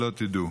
שלא תדעו.